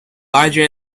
larger